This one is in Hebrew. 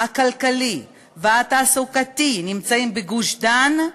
הכלכלי והתעסוקתי נמצא בגוש-דן,